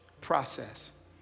process